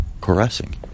caressing